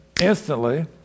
instantly